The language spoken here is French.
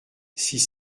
six